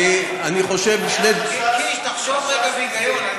אני חושב שני, קיש, תחשוב רגע בהיגיון.